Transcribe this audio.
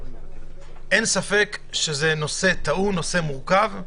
אין ספק שזה נושא טעון, נושא מורכב.